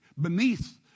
beneath